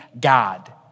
God